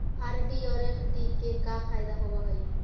RD और FD के का फायदा होव हई?